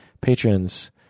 patrons